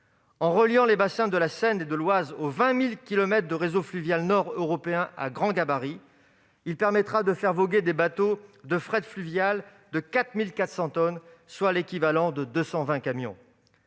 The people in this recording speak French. En reliant les bassins de la Seine et de l'Oise aux 20 000 kilomètres de réseau fluvial nord-européen à grand gabarit, il permettra de faire voguer des bateaux de fret fluvial de 4 400 tonnes, soit l'équivalent de deux cent